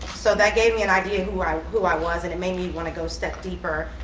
so that gave me an idea who i who i was, and it made me want to go step deeper.